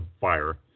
Fire